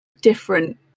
different